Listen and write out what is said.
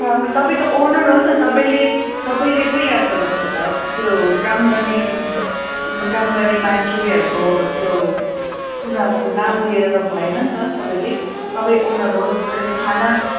काम तपाईँ त ओनर हो नि त तपाईँले तपाईँले पो याद गर्नु पर्छ त त्यो काम गर्ने काम गर्ने मान्छेहरूको त्यो उनीहरूको नाम लिएर त भएन नि त तपाईँले तपाईँ ओनर हो तपाईँले त खाना